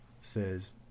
says